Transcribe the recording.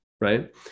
Right